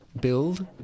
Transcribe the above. build